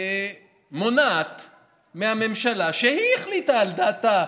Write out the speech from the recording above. שמונעת מהממשלה, שהיא החליטה על דעתה.